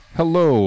hello